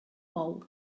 bou